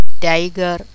Tiger